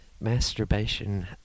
masturbation